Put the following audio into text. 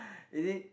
is it